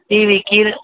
TV கீழே